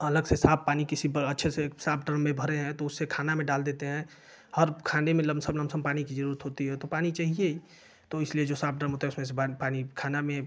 अलग से साफ पानी किसी बड़ अच्छे से साफ ड्रम मे भरे हैं तो उससे खाना में डाल देते हैं और खाने में लम सम लम सम पानी की जरूरत होती है तो पानी चाहिए तो इसलिए जो साफ ड्रम होता है उसमें से पानी खाना में